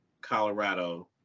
Colorado